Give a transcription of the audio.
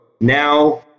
now